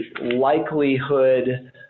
likelihood